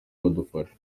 badufasha